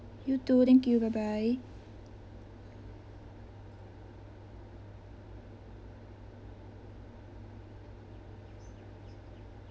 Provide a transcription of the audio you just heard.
you too thank you bye bye